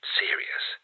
serious